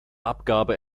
abgabe